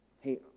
hey